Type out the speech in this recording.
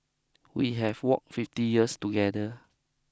we have walked fifty years together